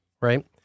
right